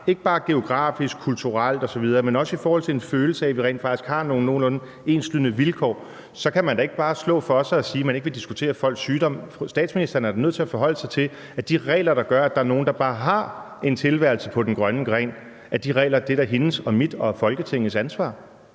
ikke bare geografisk, kulturelt osv., men også i forhold til en følelse af, at vi rent faktisk har nogle nogenlunde enslydende vilkår, så kan man da ikke bare slå for sig og sige, at man ikke vil diskutere folks sygdom. Statsministeren er da nødt til at forholde sig til, at de regler, der gør, at der er nogle, der bare har en tilværelse på den grønne gren, er hendes og mit og Folketingets ansvar.